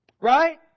Right